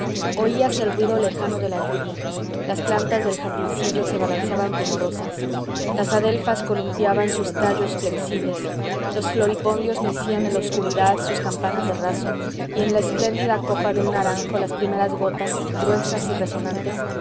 voladores oíase el ruido lejano de la lluvia las plantas del jardincillo se balanceaban rumorosas las adelfas columpiaban sus tallos flexibles los floripondios mecían en la obscuridad sus campanas de raso y en la espléndida copa de un naranjo las primeras gotas gruesas y resonantes